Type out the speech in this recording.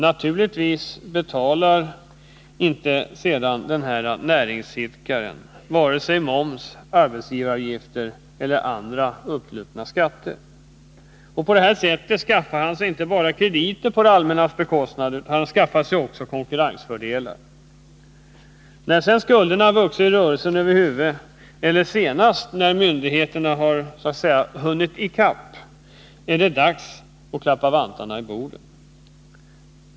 Naturligtvis betalar inte sedan denne näringsidkare vare sig moms, arbetsgivaravgifter eller andra upplupna skatter. På detta sätt skaffar han sig inte bara krediter på det allmännas bekostnad, utan han skaffar sig också konkurrensfördelar. När så skulderna vuxit rörelsen över huvudet eller senast när myndigheterna ”hunnit i kapp” är det dags att slå vantarna i bordet.